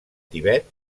tibet